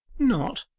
not?